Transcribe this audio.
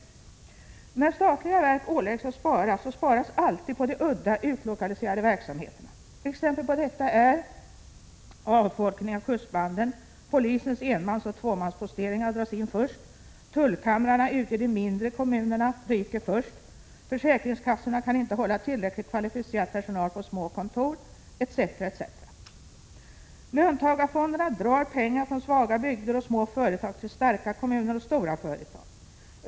När statliga verk åläggs att spara, sparas alltid de udda, utlokaliserade verksamheterna. Exempel på detta är följande: Avfolkningen av kustbanden. Polisens enmansoch tvåmansposteringar dras in först. Tullkamrarna ute i de mindre kommunerna försvinner först. Försäkringskassorna kan inte hålla tillräckligt kvalificerad personal på små kontor, etc. Löntagarfonderna drar pengar från svaga bygder och små företag till starka kommuner och stora företag.